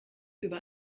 über